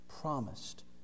promised